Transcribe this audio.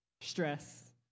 stress